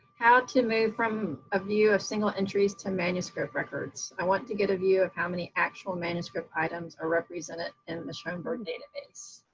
how to move from a view of single entries to manuscript records? i want to get a view of how many actual manuscript items are represented in the schoenberg database.